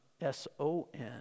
S-O-N